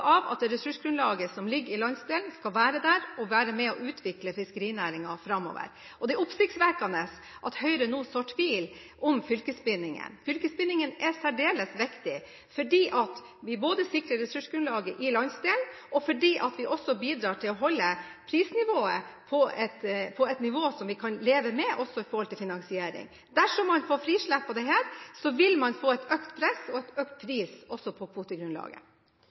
at det ressursgrunnlaget som er i landsdelen, skal være der og være med og utvikle fiskerinæringen framover. Det er oppsiktsvekkende at Høyre nå sår tvil om fylkesbindingen. Fylkesbindingen er særdeles viktig fordi den både sikrer ressursgrunnlaget i landsdelen og bidrar til å holde priser på et nivå som vi kan leve med, også når det gjelder finansiering. Dersom man får frislipp her, vil man få et økt press og en økt pris også når det gjelder kvotegrunnlaget.